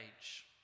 age